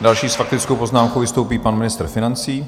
Další s faktickou poznámkou vystoupí pan ministr financí.